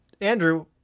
Andrew